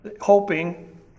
hoping